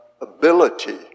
ability